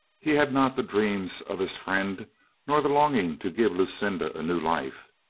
he had not the dreams of his friend nor the longing to give lucinda a new life.